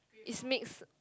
is mix